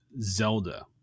Zelda